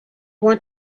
want